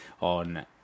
on